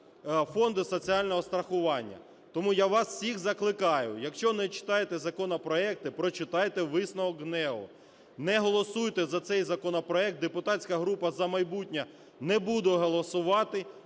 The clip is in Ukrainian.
Фондом соціального страхування. Тому я вас всіх закликаю, якщо не читаєте законопроекти, прочитайте висновок ГНЕУ. Не голосуйте за цей законопроект. Депутатська група "За майбутнє" не буде голосувати.